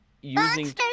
using